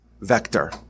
vector